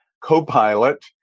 co-pilot